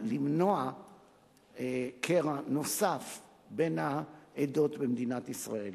למנוע קרע נוסף בין העדות במדינת ישראל.